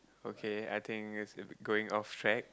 okay I think it's going off track